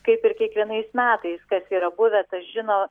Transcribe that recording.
kaip ir kiekvienais metais kas yra buvę tas žino